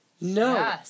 no